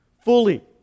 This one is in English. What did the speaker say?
Fully